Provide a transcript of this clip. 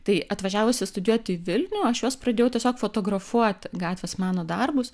tai atvažiavusi studijuoti į vilnių aš juos pradėjau tiesiog fotografuoti gatvės meno darbus